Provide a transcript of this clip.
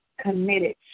committed